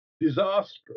disastrous